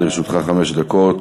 לרשותך חמש דקות.